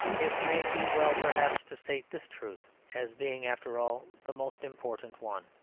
it may be well perhaps to state this truth as being, after all, the most important one.